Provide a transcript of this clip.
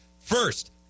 First